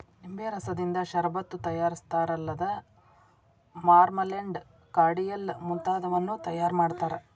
ನಿಂಬೆ ರಸದಿಂದ ಷರಬತ್ತು ತಯಾರಿಸ್ತಾರಲ್ಲದ ಮಾರ್ಮಲೆಂಡ್, ಕಾರ್ಡಿಯಲ್ ಮುಂತಾದವನ್ನೂ ತಯಾರ್ ಮಾಡ್ತಾರ